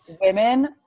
Women